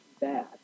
bad